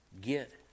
Get